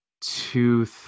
two